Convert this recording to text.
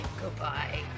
Goodbye